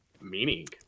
meaning